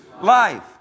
life